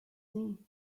knee